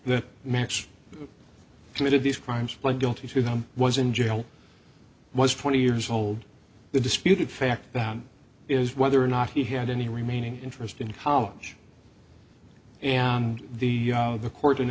that max committed these crimes pled guilty to them was in jail was twenty years old the disputed fact that is whether or not he had any remaining interest in college and the the court